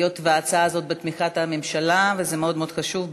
היות שההצעה הזאת בתמיכת הממשלה וזה מאוד מאוד חשוב,